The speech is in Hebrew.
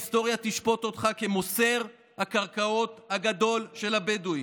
ההיסטוריה תשפוט אותך כמוסר הקרקעות הגדול לבדואים.